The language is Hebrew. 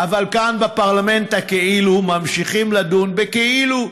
אבל כאן בפרלמנט הכאילו ממשיכים לדון בכאילו.